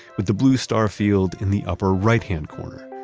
with the blue star field in the upper right-hand corner.